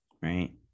right